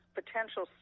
potential